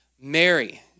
Mary